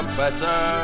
better